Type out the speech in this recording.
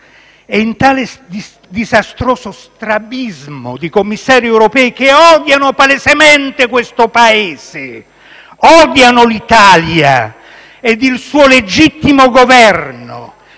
e in tale disastroso strabismo di commissari europei che odiano palesemente questo Paese, odiano l'Italia ed il suo legittimo Governo,